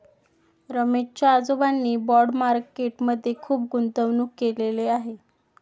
रमेश च्या आजोबांनी bond market मध्ये खुप गुंतवणूक केलेले आहे